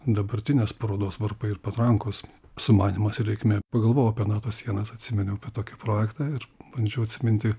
dabartinės parodos varpai ir patrankos sumanymas ir reikmė pagalvojau apie nato sienas atsiminiau tokį projektą ir bandžiau atsiminti